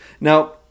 Now